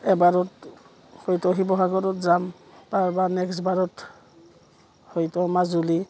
এবাৰত হয়তো শিৱসাগৰত যাম তাৰ এবাৰ নেক্সটবাৰত হয়তো মাজুলী